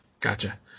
Gotcha